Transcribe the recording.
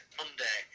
monday